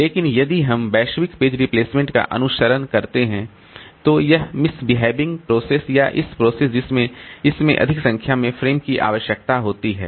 लेकिन यदि हम वैश्विक पेज रिप्लेसमेंट का अनुसरण कर रहे हैं तो यह मिस बिहेवियरिंग प्रोसेस या इस प्रोसेस जिसमें इसमें अधिक संख्या में फ्रेम की आवश्यकता होती है